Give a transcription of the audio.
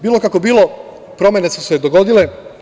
Bilo kako bilo, promene su se dogodile.